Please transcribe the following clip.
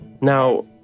Now